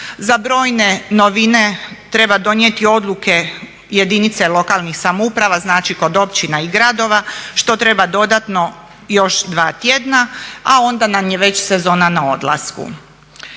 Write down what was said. za brojne novine treba donijeti odluke jedinice lokalnih samouprava znači kod općina i gradova što treba dodatno još dva tjedna a onda nam je već sezona na odlasku.